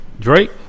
Drake